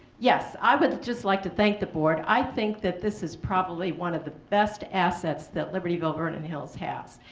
yes. i would just like to thank the board. i think that this is probably one of the best assets that libertyville vernon hills has.